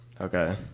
Okay